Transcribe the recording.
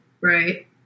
Right